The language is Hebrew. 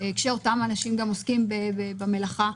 כשאותם אנשים עוסקים במלאכה.